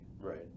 Right